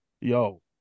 yo